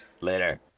later